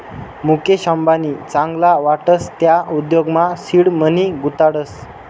मुकेश अंबानी चांगला वाटस त्या उद्योगमा सीड मनी गुताडतस